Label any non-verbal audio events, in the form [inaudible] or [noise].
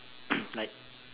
[coughs] like